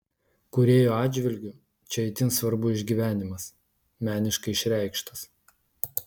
kūrėjo atžvilgiu čia itin svarbu išgyvenimas meniškai išreikštas